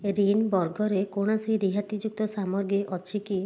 ରିନ୍ ବର୍ଗରେ କୌଣସି ରିହାତିଯୁକ୍ତ ସାମଗ୍ରୀ ଅଛି କି